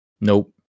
nope